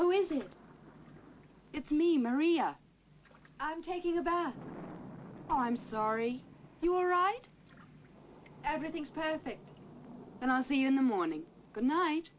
who is it it's me maria i'm taking about oh i'm sorry you're right everything's perfect and i'll see you in the morning good night